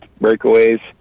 breakaways